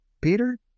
Peter